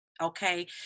Okay